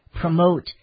promote